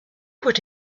would